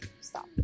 Stop